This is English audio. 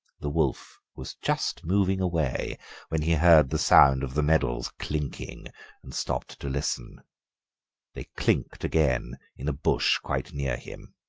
the wolf was just moving away when he heard the sound of the medals clinking and stopped to listen they clinked again in a bush quite near him.